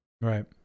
Right